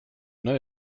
neue